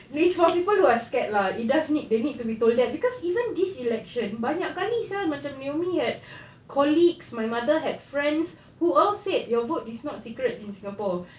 it's for people who are scared lah it does need they need to be told that cause even this election banyak kali sia macam naomi had colleagues my mother had friends who all said your vote is not secret in singapore